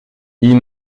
ils